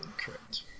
Correct